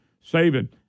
saving